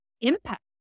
impact